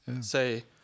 Say